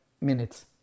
minutes